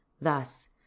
Thus